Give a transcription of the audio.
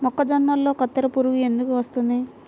మొక్కజొన్నలో కత్తెర పురుగు ఎందుకు వస్తుంది?